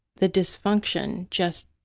the dysfunction just